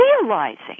realizing